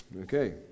Okay